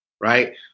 right